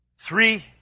Three